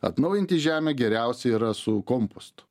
atnaujinti žemę geriausia yra su kompostu